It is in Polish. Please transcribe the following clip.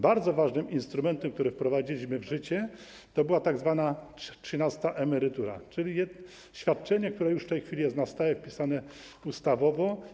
Bardzo ważnym instrumentem, który wprowadziliśmy w życie, była tzw. trzynasta emerytura, czyli świadczenie, które już w tej chwili jest na stałe wpisane, ustawowo.